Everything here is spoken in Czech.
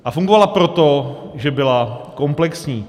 A fungovala proto, že byla komplexní.